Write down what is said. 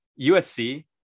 USC